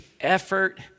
effort